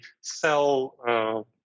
sell